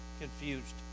Confused